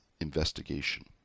investigation